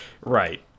Right